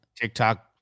TikTok